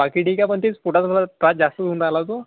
बाकी ठीक आहे पण तेच पोटाचा जरा त्रास जास्तच होऊन राहिला तो